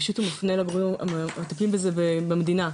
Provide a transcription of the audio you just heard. ראשית מטפלים בזה במדינה,